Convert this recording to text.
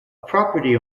property